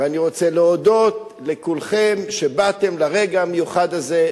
ואני רוצה להודות לכולכם שבאתם לרגע המיוחד הזה,